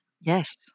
Yes